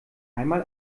einmal